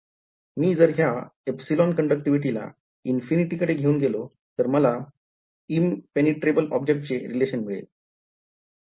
मी जर ह्या एप्सिलॉनच्या conductivity ला इन्फिनिटी कडे घेऊन गेलो तर मला impenetrable object चे relation मिळेल